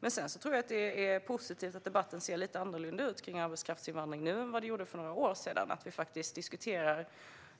Jag tror att det är positivt att debatten om arbetskraftsinvandring ser lite annorlunda ut nu än för några år sedan. Nu diskuterar vi